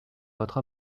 votre